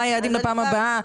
מה היעדים לפעם הבאה?